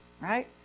right